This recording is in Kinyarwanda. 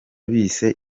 bise